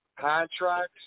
Contracts